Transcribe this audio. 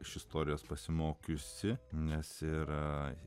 iš istorijos pasimokiusi nes yra